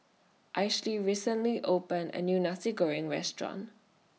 Ainsley recently opened A New Nasi Goreng Restaurant